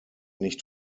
nicht